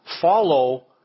follow